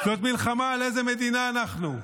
זאת מלחמה על איזו מדינה אנחנו: